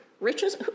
riches